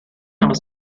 aus